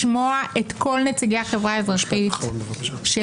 לשמוע את כל נציגי החברה האזרחית שהגיעו.